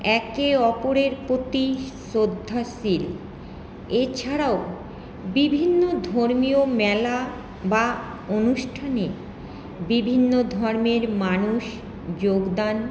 একে অপরের প্রতি শ্রদ্ধাশীল এছাড়াও বিভিন্ন ধর্মীয় মেলা বা অনুষ্ঠানে বিভিন্ন ধর্মের মানুষ যোগ দান